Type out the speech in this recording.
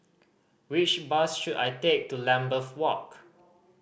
which bus should I take to Lambeth Walk